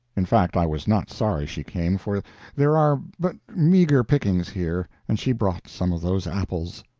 in fact i was not sorry she came, for there are but meager pickings here, and she brought some of those apples.